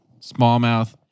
smallmouth